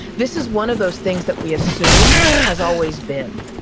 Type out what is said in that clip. this is one of those things that we assume has always been,